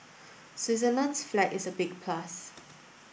Switzerland's flag is a big plus